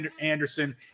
Anderson